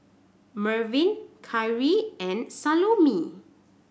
Mervin Khiry and Salome